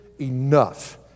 enough